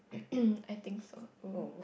I think so mm